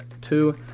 two